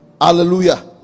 hallelujah